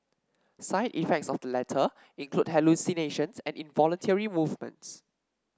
side effects of the latter include hallucinations and involuntary movements